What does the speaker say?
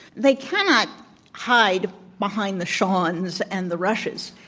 they cannot hide behind the sean's and the rush's.